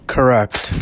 Correct